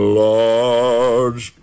large